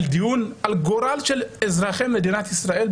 דיון על הגורל של אזרחי מדינת ישראל.